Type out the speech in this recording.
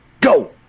go